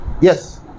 Yes